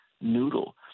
noodle